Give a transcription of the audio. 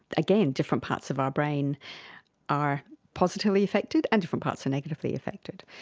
again, different parts of our brain are positively affected and different parts are negatively affected.